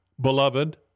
beloved